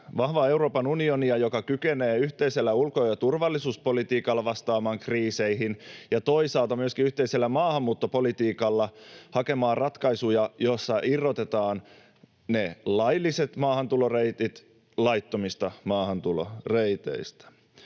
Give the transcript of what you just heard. Vahvaa Euroopan unionia, joka kykenee yhteisellä ulko- ja turvallisuuspolitiikalla vastaamaan kriiseihin ja toisaalta myöskin yhteisellä maahanmuuttopolitiikalla hakemaan ratkaisuja, joissa irrotetaan lailliset maahantuloreitit laittomista maahantuloreiteistä.